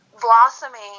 blossoming